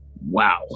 Wow